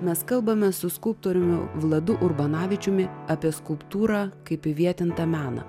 mes kalbame su skulptoriumi vladu urbanavičiumi apie skulptūrą kaip įvietintą meną